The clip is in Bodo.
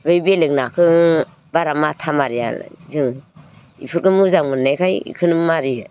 बै बेलेग नाखौ बारा माथा मारिया जों बेफोरखौ मोजां मोन्नायखाय बिखौनो मारियो